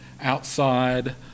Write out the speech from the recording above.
outside